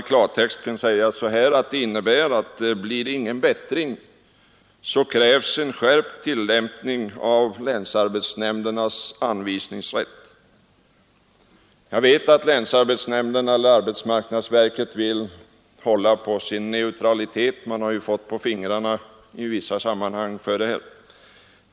I klartext innebär dess skrivning att det, om det inte blir någon bättring, krävs en skärpt tillämpning av länsarbetsnämndernas anvisningsrätt. Jag vet att länsarbetsnämnderna och arbetsmarknadsverket vill hålla på sin neutralitet i detta sammanhang. Man har ju i vissa fall fått på huden för åtgärder i denna riktning.